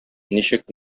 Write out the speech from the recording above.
ничек